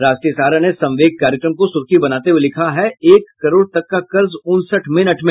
राष्ट्रीय सहारा ने संवेग कार्यक्रम को सुर्खी बनाते हुये लिखा है एक करोड़ तक का कर्ज उनसठ मिनट में